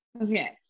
Okay